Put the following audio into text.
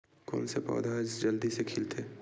कोन से पौधा ह जल्दी से खिलथे?